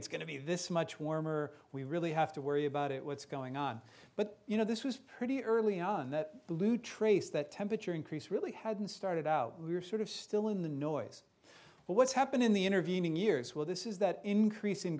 it's going to be this much warmer we really have to worry about it what's going on but you know this was pretty early on that blew trace that temperature increase really hadn't started out we're sort of still in the noise but what's happened in the intervening years will this is that increas